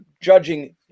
judging